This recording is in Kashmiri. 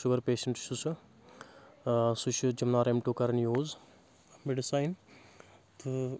شُگر پیشنٹ چھُ سُہ سُہ چھُ جمنار ایم ٹو کران یوٗز میڈِسایِن تہٕ